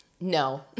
No